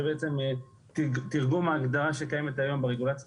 זה בעצם תרגום ההגדרה שקיימת היום ברגולציה